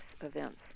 events